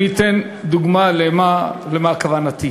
אני אתן דוגמה למה כוונתי.